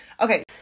Okay